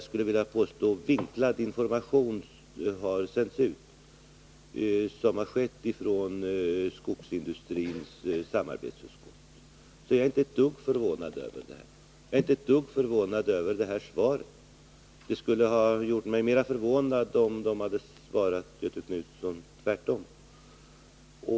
skulle jag vilja påstå, vinklad information har sänts ut som den som kommit från skogsindustrins samarbetsutskott. Jag är inte ett dugg förvånad över det svar som Göthe Knutson fått på sin fråga. Det skulle ha gjort mig mer förvånad, om svaret varit det motsatta.